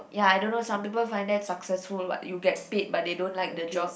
ya I don't know some people find that successful like you get paid but they don't like the job